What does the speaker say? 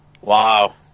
wow